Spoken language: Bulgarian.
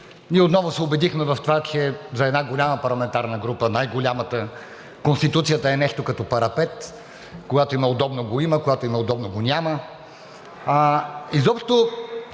Ние отново се убедихме в това, че за една голяма парламентарна група, най-голямата, Конституцията е нещо като парапет – когато им е удобно го има, когато им е удобно го няма. Изобщо